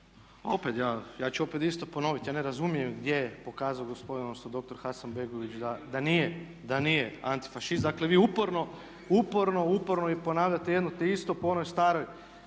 Opet ja, ja ću opet isto ponoviti. Ja ne razumijem gdje je pokazao gospodin doktor Hasanbegović da nije antifašist. Dakle vi uporno ponavljate jedno te isto po onoj staroj,